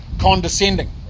condescending